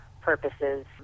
purposes